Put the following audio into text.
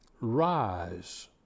rise